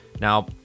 now